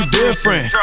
different